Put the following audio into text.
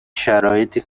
شرایطی